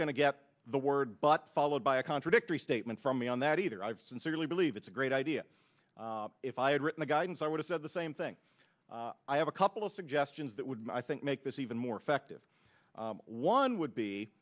to get the word but followed by a contradictory statement from me on that either i've sincerely believe it's a great idea if i had written guidance i would have said the same thing i have a couple of suggestions that would i think make this eve more effective one would be